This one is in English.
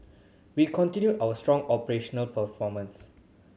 we continue our strong operational performance